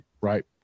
right